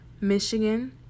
Michigan